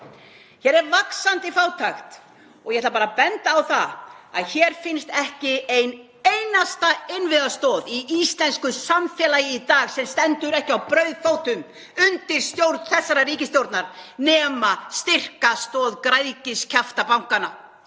Hér er vaxandi fátækt og ég ætla bara að benda á það að hér finnst ekki ein einasta innviðastoð í íslensku samfélagi í dag sem stendur ekki á brauðfótum undir stjórn þessarar ríkisstjórnar nema hin styrka stoð græðgiskjafta bankanna